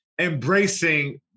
embracing